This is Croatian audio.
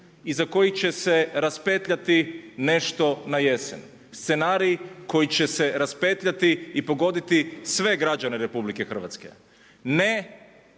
iza kojih će se raspetljati nešto na jesen? Scenarij koji će se raspetljati i pogoditi sve građane RH. Ne